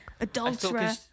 adulterer